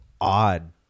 odd